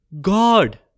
God